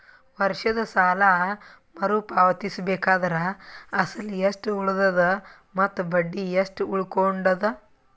ವರ್ಷದ ಸಾಲಾ ಮರು ಪಾವತಿಸಬೇಕಾದರ ಅಸಲ ಎಷ್ಟ ಉಳದದ ಮತ್ತ ಬಡ್ಡಿ ಎಷ್ಟ ಉಳಕೊಂಡದ?